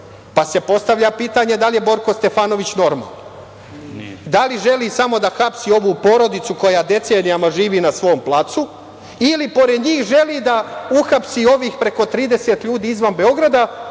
Pa, postavlja se pitanje da li je Borko Stefanović normalan? Da li želi samo da hapsi ovu porodicu koja decenijama živi na svom placu ili pored njih želi da uhapsi i ovih preko 30 ljudi izvan Beograda